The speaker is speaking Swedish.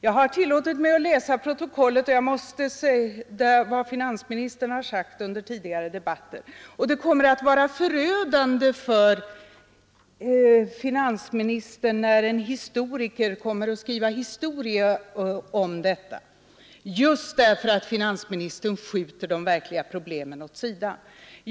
Jag har tillåtit mig att läsa i protokollet vad finansministern har sagt under tidigare debatter, och det kommer att vara förödande för finansministern när en historiker skall skriva historia om detta, just därför att finansministern skjuter de verkliga problemen åt sidan.